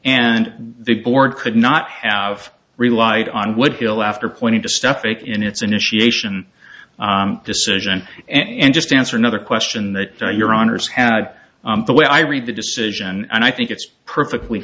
and the board could not have relied on woodville after pointing to stuff in its initiation decision and just answer another question that your honour's had the way i read the decision and i think it's perfectly